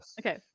Okay